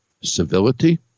civility